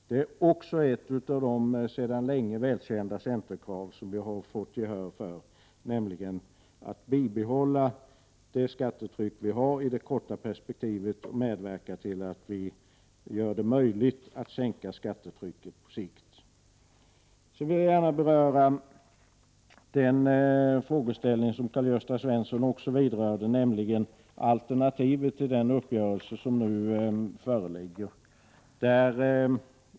Det är också ett av de sedan länge välkända centerkrav som vi har fått gehör för, nämligen att det skattetryck vi har bibehålls i det korta perspektivet och att vi kan medverka till att sänka skattetrycket på sikt. Jag vill gärna beröra den frågeställning som även Karl-Gösta Svenson talade om, nämligen alternativet till den uppgörelse som nu föreligger.